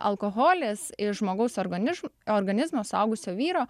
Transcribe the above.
alkoholis iš žmogaus organiš organizmo suaugusio vyro